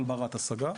אבל ברת השגה,